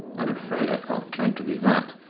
i'm afraid i can't claim to be that,